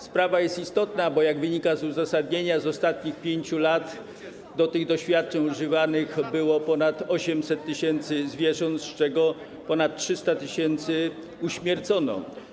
Sprawa jest istotna, bo jak wynika z uzasadnienia, z ostatnich 5 lat do doświadczeń używanych było ponad 800 tys. zwierząt, z czego ponad 300 tys. uśmiercono.